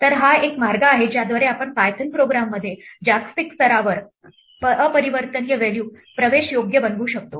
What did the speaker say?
तर हा एक मार्ग आहे ज्याद्वारे आपण पायथन प्रोग्राममध्ये जागतिक स्तरावर अपरिवर्तनीय व्हॅल्यू प्रवेशयोग्य बनवू शकतो